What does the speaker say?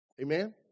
Amen